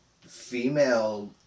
female